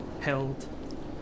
held